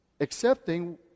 accepting